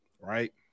right